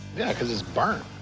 yeah, cause it's burnt.